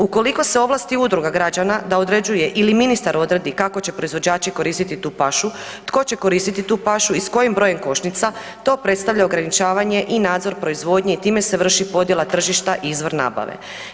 Ukoliko se ovlasti udruga građana da određuje ili ministar odredi kako će proizvođači koristiti tu pašu, tko će koristiti tu pašu i s kojim brojem košnica, to predstavlja ograničavanje i nadzor proizvodnje i time se vrši podjela tržišta izvor nabave.